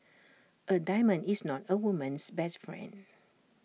A diamond is not A woman's best friend